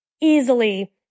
easily